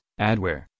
adware